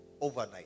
overnight